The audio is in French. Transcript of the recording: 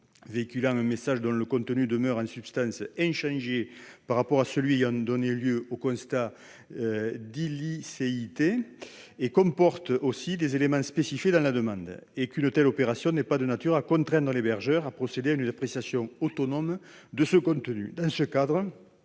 véhiculant un message dont le contenu demeure, en substance, inchangé par rapport à celui qui a donné lieu au constat d'illicéité, et qu'elle comporte les éléments spécifiés dans la demande. En outre, il faut qu'une telle opération ne soit pas de nature à contraindre l'hébergeur à procéder à une appréciation autonome de ce contenu. Dans ce cadre